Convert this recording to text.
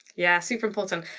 yeah super-important.